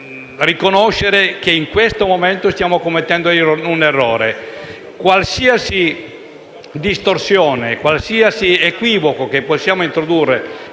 riconoscere che in questo momento stiamo commettendo un errore. Qualsiasi distorsione o equivoco che possiamo introdurre